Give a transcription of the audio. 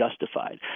justified